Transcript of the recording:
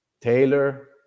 Taylor